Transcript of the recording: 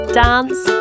dance